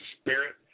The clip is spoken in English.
spirit